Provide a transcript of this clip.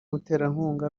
muterankunga